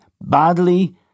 badly